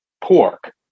Pork